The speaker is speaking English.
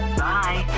bye